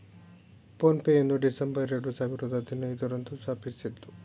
phone pay ಯನ್ನು December ಎರಡು ಸಾವಿರದ ಹದಿನೈದು ರಂದು ಸ್ಥಾಪಿಸಿದ್ದ್ರು